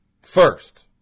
First